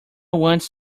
wants